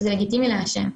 שזה לגיטימי לעשן.